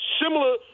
similar